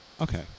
Okay